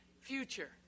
future